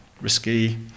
risky